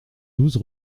douze